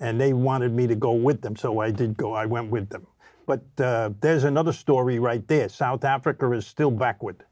and they wanted me to go with them so i did go i went with them but there's another story right there south africa or is still back